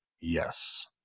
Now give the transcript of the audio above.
yes